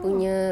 oh